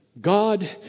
God